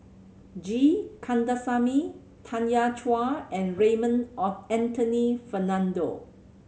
G Kandasamy Tanya Chua and Raymond or Anthony Fernando